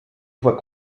voit